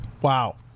Wow